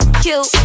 cute